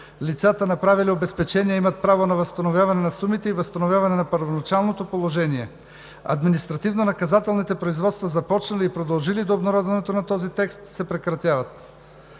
Лицата, направили обезпечения, имат право на възстановяване на сумите и възстановяване на първоначалното положение. Административнонаказателните производства, започнали и продължили до обнародване на този закон, се прекратяват.